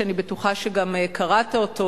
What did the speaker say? שאני בטוחה שגם קראת אותו,